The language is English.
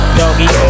doggy